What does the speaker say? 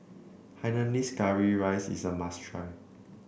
Hainanese Curry Rice is a must try